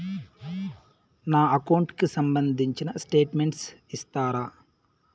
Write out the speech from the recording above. నా అకౌంట్ కు సంబంధించిన స్టేట్మెంట్స్ ఇస్తారా